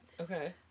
Okay